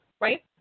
right